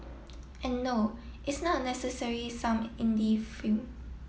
and no it's not necessary some Indie film